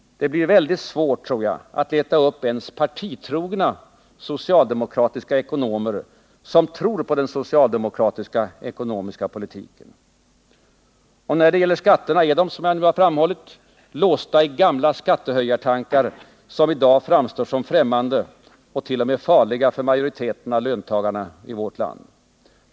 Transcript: Det blir mycket svårt att leta upp ens partitrogna socialdemokratiska ekonomer som tror på den socialdemokratiska ekonomiska politiken. När det gäller skatterna är de, som jag nu har framhållit, låsta i gamla skattehöjartankar, som i dag framstår som främmande och t.o.m. farliga för majoriteten av löntagarna i vårt land.